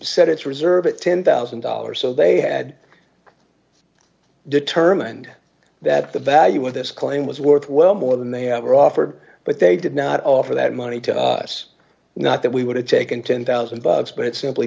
said it's reserve at ten thousand dollars so they had determined that the value of this claim was worth well more than they have offered but they did not offer that money to us not that we would have taken ten thousand dollars but it simply